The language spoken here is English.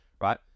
right